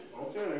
Okay